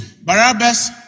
Barabbas